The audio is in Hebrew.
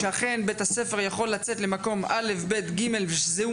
שאכן בית הספר יכול לצאת למקום אל"ף בי"ת גימ"ל ושזהו